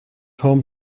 home